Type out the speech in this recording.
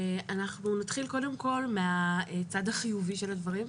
נתחיל קודם כל מהצד החיובי של הדברים.